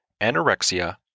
anorexia